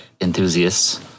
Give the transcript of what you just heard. enthusiasts